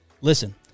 Listen